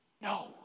no